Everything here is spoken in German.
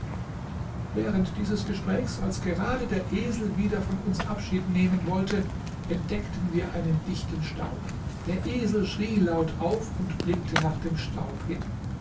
während dieses gesprächs als gerade der esel wieder von uns abschied nehmen wollte entdeckten wir einen dichten staub der esel schrie laut auf und blickte nach dem staub hin